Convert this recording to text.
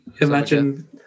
Imagine